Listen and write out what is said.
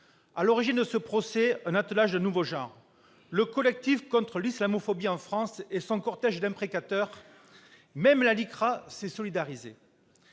À l'origine de ce procès, un attelage d'un nouveau genre, le Collectif contre l'islamophobie en France et son cortège d'imprécateurs. Même la LICRA s'est solidarisée